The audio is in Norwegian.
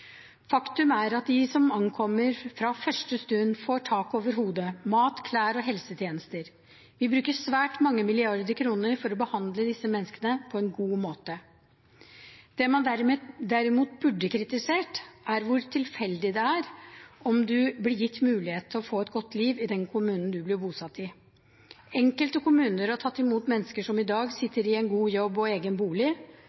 Faktum er at de som ankommer, fra første stund får tak over hodet, mat, klær og helsetjenester. Vi bruker svært mange milliarder kroner på å behandle disse menneskene på en god måte. Det man derimot burde kritisert, er hvor tilfeldig det er om man blir gitt muligheter til å få et godt liv i den kommunen man blir bosatt i. Enkelte kommuner har tatt imot mennesker som i dag